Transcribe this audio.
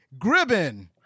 Gribben